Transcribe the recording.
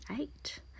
eight